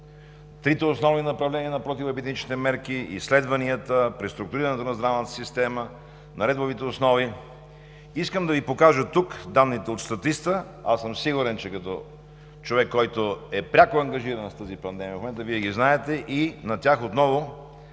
трите основни направления на противоепидемичните мерки, изследванията, преструктурирането на здравната система, наредбовите основи. Искам да Ви покажа тук данните от статистиката. Аз съм сигурен, че като човек, който е пряко ангажиран с пандемията в момента, Вие ги знаете, и в тях отново